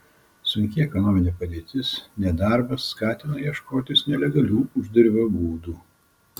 sunki ekonominė padėtis nedarbas skatina ieškotis nelegalių uždarbio būdų